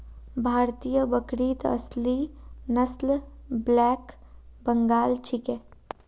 भारतीय बकरीत असली नस्ल ब्लैक बंगाल छिके